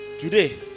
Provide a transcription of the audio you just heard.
Today